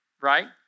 Right